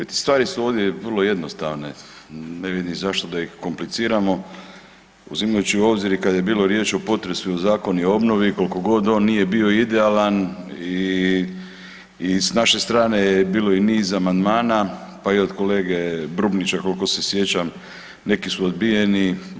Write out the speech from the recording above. U biti stvari su ovdje vrlo jednostavne, ne vidim zašto da ih kompliciramo uzimajući u obzir kada je bilo riječ i o potresu i Zakonu o obnovi koliko god on nije bio idealan i s naše strane je bilo i niz amandmana pa i od kolege Brumnića koliko se sjećam, neki su odbijeni.